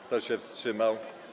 Kto się wstrzymał?